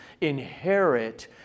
inherit